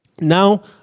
Now